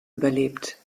überlebt